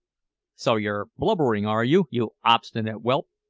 so you're blubbering, are you, you obstinate whelp?